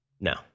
no